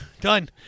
Done